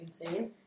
insane